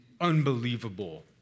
unbelievable